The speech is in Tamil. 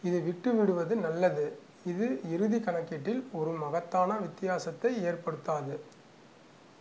இது விட்டுவிடுவது நல்லது இது இறுதி கணக்கீட்டில் ஒரு மகத்தான வித்தியாசத்தை ஏற்படுத்தாது